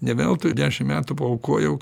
ne veltui dešimt metų paaukojau